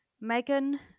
Megan